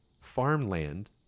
farmland